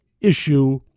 issue